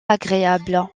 agréable